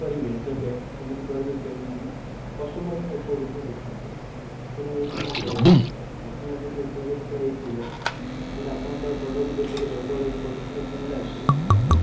କରିବେ ଦେବେ ସେମିତି ପ୍ରଡ଼କ୍ଟ ଯଦି ଦେବେ ମାନେ କଷ୍ଟମର୍ମାନେ ଉପକୃତ ହେଇଥାନ୍ତେ ସେଇଟା ହେଉଛି ମୋ କହିବା କଥା କଷ୍ଟମର୍ ଯଦି ଉପକୃତ ହେଇଥିବ ତାହେଲେ ଆପଣଙ୍କ ପ୍ରଡ଼କ୍ଟ ଯେତେବେଳେ ଗୋଟେ ବେଳେ ଗୋଟେଥର କିଣିଲା ସିଏ